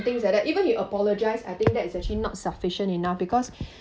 things like that even he apologise I think that it's actually not sufficient enough because